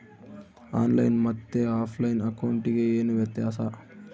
On line ಮತ್ತೆ offline ಅಕೌಂಟಿಗೆ ಏನು ವ್ಯತ್ಯಾಸ?